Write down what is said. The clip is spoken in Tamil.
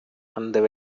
அந்த